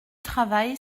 travail